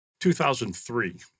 2003